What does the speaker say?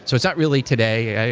so it's not really today.